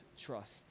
trust